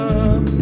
up